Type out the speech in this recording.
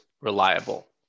reliable